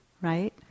right